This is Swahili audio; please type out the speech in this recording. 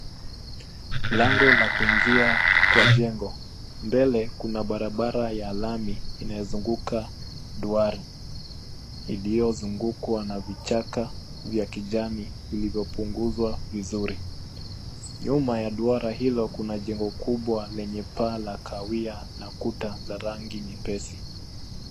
Lango la kuingia kwa jengo. Mbele, kuna barabara ya lami, inayozunguka duara iliyozungukwa na vichaka vya kijani vilivyopunguzwa vizuri. Nyuma ya duara hilo, kuna jengo kubwa lenye paa la kahawia na kuta za rangi nyepesi.